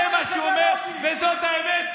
זה מה שהוא אומר, וזאת האמת.